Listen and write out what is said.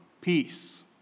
peace